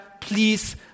please